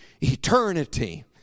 eternity